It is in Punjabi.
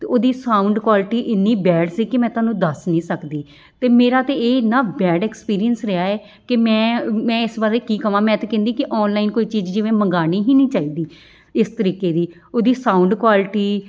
ਅਤੇ ਉਹਦੀ ਸਾਊਂਡ ਕੁਆਲਿਟੀ ਇੰਨੀ ਬੈਡ ਸੀ ਕਿ ਮੈਂ ਤੁਹਾਨੂੰ ਦੱਸ ਨਹੀਂ ਸਕਦੀ ਅਤੇ ਮੇਰਾ ਤਾਂ ਇਹ ਇੰਨਾ ਬੈਡ ਐਕਸਪੀਰੀਅੰਸ ਰਿਹਾ ਹੈ ਕਿ ਮੈਂ ਮੈਂ ਇਸ ਬਾਰੇ ਕੀ ਕਹਾਂ ਮੈਂ ਤਾਂ ਕਹਿੰਦੀ ਕਿ ਔਨਲਾਈਨ ਕੋਈ ਚੀਜ਼ ਜਿਵੇਂ ਮੰਗਾਉਣੀ ਹੀ ਨਹੀਂ ਚਾਹੀਦੀ ਇਸ ਤਰੀਕੇ ਦੀ ਉਹਦੀ ਸਾਊਂਡ ਕੁਆਲਿਟੀ